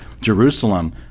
Jerusalem